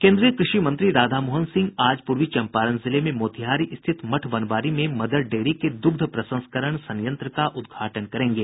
केंद्रीय कृषि मंत्री राधामोहन सिंह आज पूर्वी चंपारण जिले में मोतिहारी स्थित मठ बनवारी में मदर डेयरी के दुग्ध प्रसंस्करण संयंत्र का उद्घाटन करेंगे